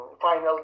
final